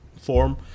form